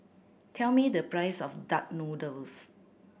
tell me the price of duck noodle